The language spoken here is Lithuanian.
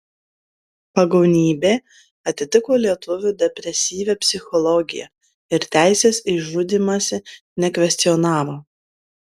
pagonybė atitiko lietuvių depresyvią psichologiją ir teisės į žudymąsi nekvestionavo